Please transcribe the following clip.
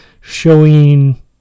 showing